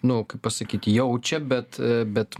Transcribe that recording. nu kaip pasakyt jaučia bet bet